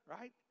right